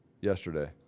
yesterday